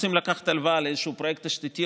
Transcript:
רוצים לקחת הלוואה לאיזשהו פרויקט תשתיתי,